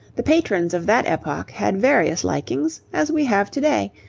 the patrons of that epoch had various likings, as we have to-day,